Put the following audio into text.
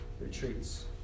retreats